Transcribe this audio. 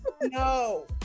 No